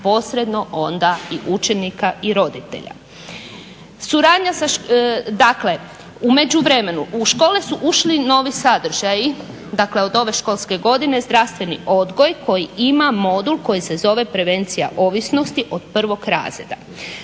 posredno onda i učenika i roditelja. Suradnja. Dakle u međuvremenu u škole su ušli novi sadržaji, dakle od ove školske godine zdravstveni odgoj koji ima modul koji se zove prevencija ovisnosti od prvog razreda.